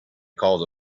caused